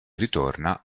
ritorna